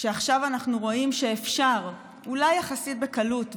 שעכשיו אנחנו רואים שאפשר אולי יחסית בקלות,